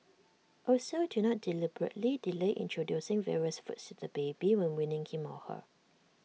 also do not deliberately delay introducing various foods to the baby when weaning him or her